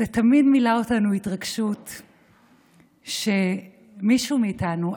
זה תמיד מילא אותנו התרגשות שמישהו מאיתנו,